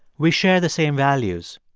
we share the same values.